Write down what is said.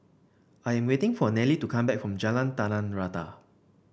I am waiting for Nelie to come back from Jalan Tanah Rata